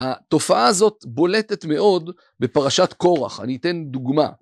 התופעה הזאת בולטת מאוד בפרשת כורח, אני אתן דוגמה.